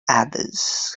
others